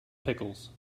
pickles